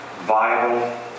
viable